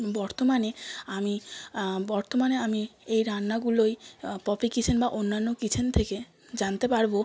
বর্তমানে আমি বর্তমানে আমি এই রান্নাগুলোই পপি কিচেন বা অন্যান্য কিচেন থেকে জানতে পারব